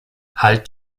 halt